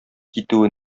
китүе